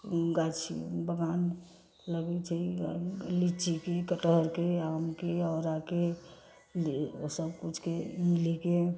गाछी बगान लगै छै लीचीके कटहरके आमके आँवलाके सभकिछुके इमलीके